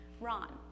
Ron